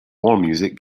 allmusic